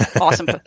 awesome